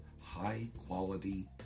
high-quality